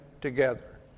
together